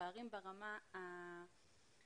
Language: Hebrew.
גם פערים ברמה האנושית,